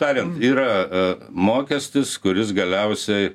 tariant yra mokestis kuris galiausiai